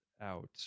out